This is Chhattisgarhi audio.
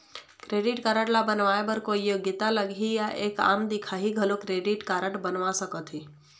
क्रेडिट कारड ला बनवाए बर कोई योग्यता लगही या एक आम दिखाही घलो क्रेडिट कारड बनवा सका थे?